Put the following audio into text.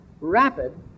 rapid